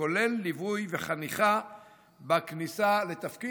כולל ליווי וחניכה בכניסה לתפקיד,